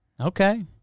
Okay